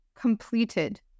completed